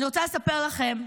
אני רוצה לספר, שלום לכם,